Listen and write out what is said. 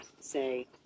say